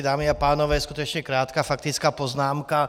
Dámy a pánové, skutečně krátká faktická poznámka.